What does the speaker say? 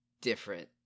different